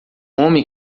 homem